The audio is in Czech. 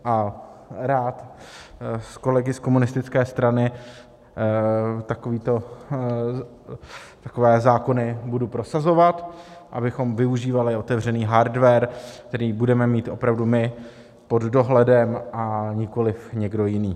A rád s kolegy z komunistické strany takové zákony budu prosazovat, abychom využívali otevřený hardware, který budeme mít opravdu my pod dohledem, a nikoli někdo jiný.